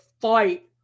fight